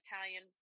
Italian